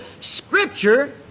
Scripture